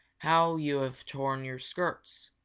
how you have torn your skirts!